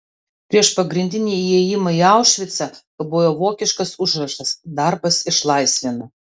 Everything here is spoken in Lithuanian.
prieš pagrindinį įėjimą į aušvicą kabojo vokiškas užrašas darbas išlaisvina